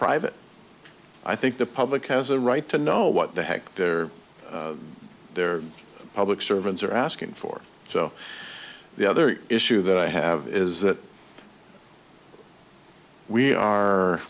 private i think the public has a right to know what the heck their their public servants are asking for so the other issue that i have is that we are